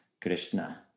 Krishna